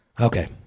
Okay